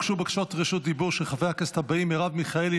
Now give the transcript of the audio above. הוגשו בקשות רשות דיבור של חברי הכנסת הבאים: מרב מיכאלי,